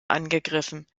angegriffen